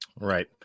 Right